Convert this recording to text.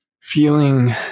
feeling